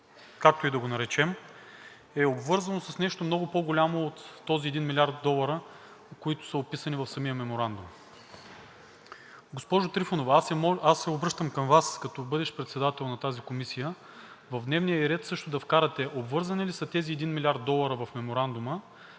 както и да го наречем, е обвързано с нещо много по-голямо от този един милиард долара, които са описани в самия меморандум. Госпожо Трифонова, аз се обръщам към Вас като бъдещ председател на тази комисия, в дневния ѝ ред също да вкарате: обвързани ли са тези един милиард долара в Меморандума